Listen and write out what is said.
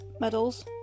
medals